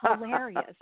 hilarious